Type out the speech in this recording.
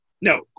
No